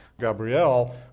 Gabrielle